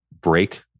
break